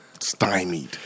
Stymied